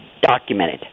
documented